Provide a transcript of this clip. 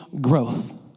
growth